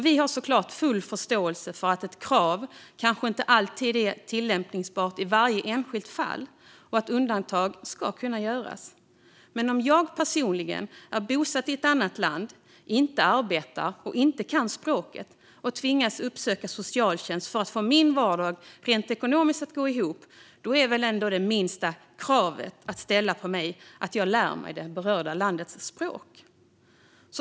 Vi har såklart full förståelse för att ett krav kanske inte är tillämpbart i varje enskilt fall och att undantag ska kunna göras. Men om jag personligen är bosatt i ett annat land, inte arbetar och inte kan språket och tvingas uppsöka socialtjänst för att få min vardag rent ekonomiskt att gå ihop är väl ändå det minsta kravet att ställa på mig att jag lär mig det berörda landets språk?